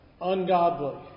ungodly